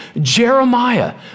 Jeremiah